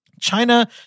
China